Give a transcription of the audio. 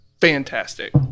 Fantastic